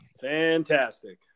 Fantastic